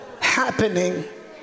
happening